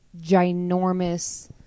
ginormous